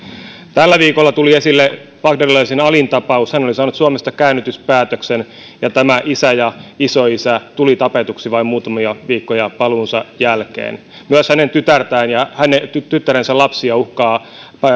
tällä viikolla tuli esille bagdadilaisen alin tapaus hän oli saanut suomesta käännytyspäätöksen ja tämä isä ja isoisä tuli tapetuksi vain muutamia viikkoja paluunsa jälkeen myös hänen tytärtään ja hänen tyttärensä lapsia uhkaa